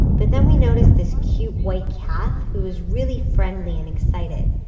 but then we noticed this cute white calf who was really friendly and excited.